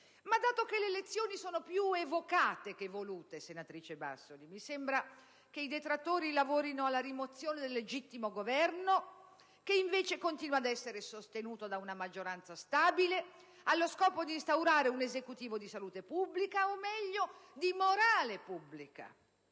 Berlusconi. Le elezioni sono più evocate che volute, senatrice Bassoli; mi sembra infatti che i detrattori lavorino alla rimozione del legittimo Governo, che invece continua ad essere sostenuto da una maggioranza stabile, allo scopo di instaurare un Esecutivo di salute pubblica, o meglio, di morale pubblica.